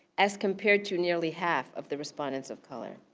as compared to nearly half of the respondents of color.